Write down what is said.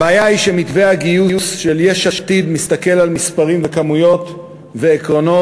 הבעיה היא שמתווה הגיוס של יש עתיד מסתכל על מספרים וכמויות ועקרונות,